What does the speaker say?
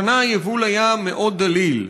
השנה היבול היה מאוד דליל,